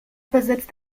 besitzt